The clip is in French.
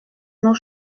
nos